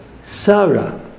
Sarah